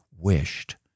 wished